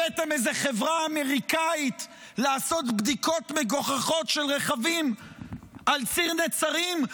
הבאתם איזו חברה אמריקאית לעשות בדיקות מגוחכות של רכבים על ציר נצרים?